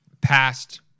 past